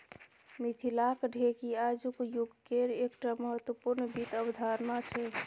मिथिलाक ढेकी आजुक युगकेर एकटा महत्वपूर्ण वित्त अवधारणा छै